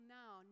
now